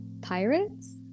pirates